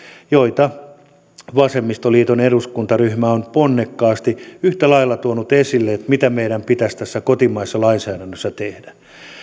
ja niitä vasemmistoliiton eduskuntaryhmä on ponnekkaasti yhtä lailla tuonut esille sen suhteen mitä meidän pitäisi tässä kotimaisessa lainsäädännössä tehdä